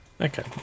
Okay